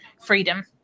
freedom